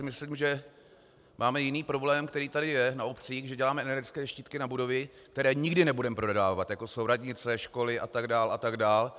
Myslím si, že máme jiný problém, který tady na obcích je, že děláme energetické štítky na budovy, které nikdy nebudeme prodávat, jako jsou radnice, školy a tak dále a tak dále.